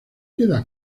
queda